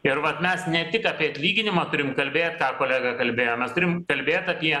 ir vat mes ne tik apie atlyginimą turim kalbėt ką kolega kalbėjo mes turim kalbėt apie